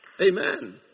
Amen